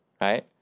Right